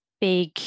big